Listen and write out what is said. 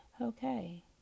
Okay